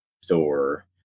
store